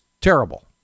terrible